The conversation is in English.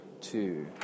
two